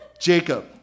Jacob